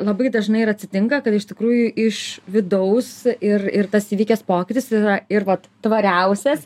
labai dažnai ir atsitinka kad iš tikrųjų iš vidaus ir ir tas įvykęs pokytis yra ir vat tvariausias